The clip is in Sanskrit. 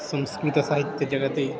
संस्कृतसाहित्यजगति